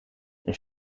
een